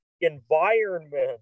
environment